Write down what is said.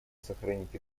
сохранить